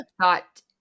thought